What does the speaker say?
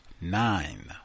nine